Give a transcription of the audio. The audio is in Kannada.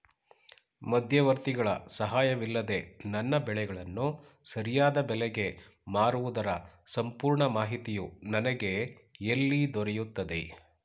ಮಧ್ಯವರ್ತಿಗಳ ಸಹಾಯವಿಲ್ಲದೆ ನನ್ನ ಬೆಳೆಗಳನ್ನು ಸರಿಯಾದ ಬೆಲೆಗೆ ಮಾರುವುದರ ಸಂಪೂರ್ಣ ಮಾಹಿತಿಯು ನನಗೆ ಎಲ್ಲಿ ದೊರೆಯುತ್ತದೆ?